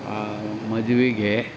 ಆ ಮದುವೆಗೆ